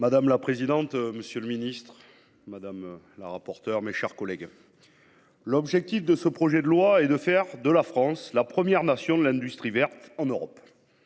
Madame la présidente, monsieur le ministre, mes chers collègues, l’objectif de ce projet de loi est de faire de la France « la première nation de l’industrie verte en Europe